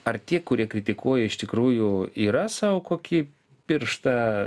ar tie kurie kritikuoja iš tikrųjų yra sau kokį pirštą